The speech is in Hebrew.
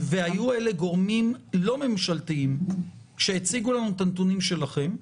היו אלה גורמים לא ממשלתיים שהציגו לנו את הנתונים שלכם.